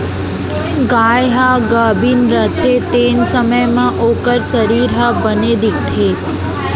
गाय ह गाभिन रथे तेन समे म ओकर सरीर ह बने दिखथे